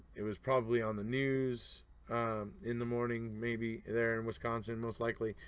it was probably on the news in the morning maybe there in wisconsin most likely.